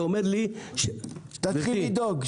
זה אומר לי --- שתתחיל לדאוג.